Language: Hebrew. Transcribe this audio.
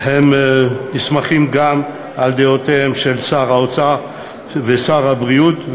נסמכים גם על דעותיהם של שר האוצר ושר הבריאות,